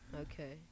Okay